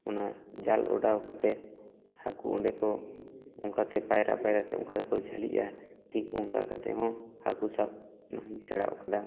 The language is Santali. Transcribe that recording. ᱚᱱᱟ ᱡᱟᱞ ᱚᱰᱟᱣ ᱠᱟᱛᱮᱫᱦᱟᱹᱠᱩ ᱚᱸᱰᱮ ᱠᱚ ᱚᱱᱠᱟᱛᱮ ᱯᱟᱭᱨᱟ ᱯᱟᱭᱨᱟᱛᱮ ᱚᱱᱠᱟᱛᱮᱠᱚ ᱡᱷᱟᱞᱤᱜᱼᱟ ᱴᱷᱤᱠ ᱚᱱᱠᱟ ᱠᱟᱛᱮᱫ ᱦᱚᱸ ᱦᱟᱹᱠᱩ ᱥᱟᱵᱽ ᱥᱮᱬᱟ ᱟᱠᱟᱫᱟ